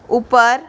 ऊपर